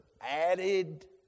added